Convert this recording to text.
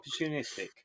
opportunistic